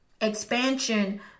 expansion